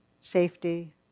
safety